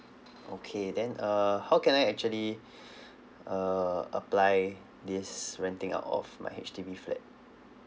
okay then uh how can I actually uh apply this renting out of my H_D_B flat